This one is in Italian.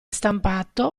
stampato